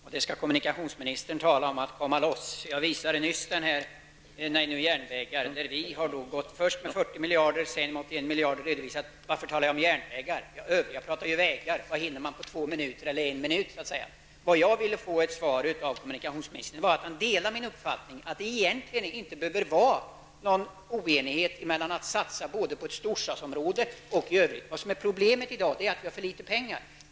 Herr talman! Kommunikationsministern talar om att komma loss. Jag visade nyss skriften Nej, nu järnvägar, där vi har kommit med förslaget om 40 miljarder kronor. Varför talade jag om järnvägar? De övriga talade om vägar. Vad hinner man på en minut eller två minuter? Jag skulle vilja höra om kommunikationsministern delar min uppfattning att det egentligen inte behöver vara någon oenighet när det gäller satsningen på ett storstadsområde och satsningen på annat. Problemet i dag är att vi har för litet pengar.